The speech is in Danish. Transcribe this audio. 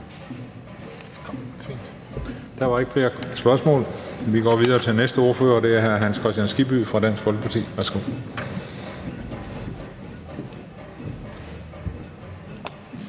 Der er ikke flere spørgsmål. Vi går videre til næste ordfører, og det er hr. Hans Kristian Skibby fra Dansk Folkeparti.